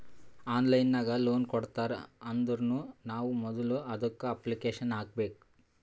online ನಾಗ್ loan ಕೊಡ್ತಾರ್ ಅಂದುರ್ನು ನಾವ್ ಮೊದುಲ ಅದುಕ್ಕ ಅಪ್ಲಿಕೇಶನ್ ಹಾಕಬೇಕ್